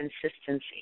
consistency